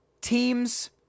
teams